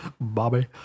bobby